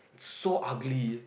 so ugly